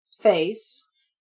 face